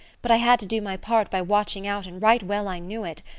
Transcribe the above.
but i had to do my part by watching out and right well i knew it.